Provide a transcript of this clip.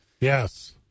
Yes